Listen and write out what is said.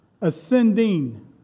ascending